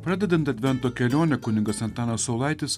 pradedant advento kelionę kunigas antanas saulaitis